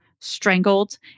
strangled